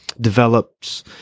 develops